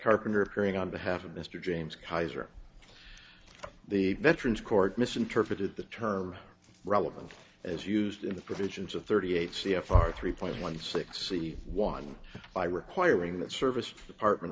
carpenter appearing on behalf of mr james kaiser the veterans court misinterpreted the term relevant as used in the provisions of thirty eight c f r three point one six c one by requiring that service department